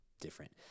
different